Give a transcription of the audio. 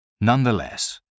nonetheless